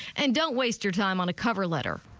and don't waste your time on a cover letter.